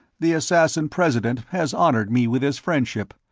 the assassin-president has honored me with his friendship,